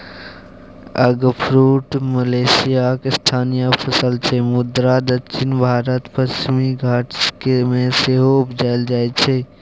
eggfruit मलेशियाक स्थानीय फसल छै मुदा दक्षिण भारतक पश्चिमी घाट मे सेहो उपजाएल जाइ छै